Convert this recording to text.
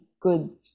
good